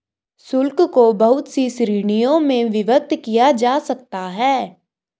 शुल्क को बहुत सी श्रीणियों में विभक्त किया जा सकता है